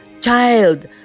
child